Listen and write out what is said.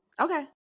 Okay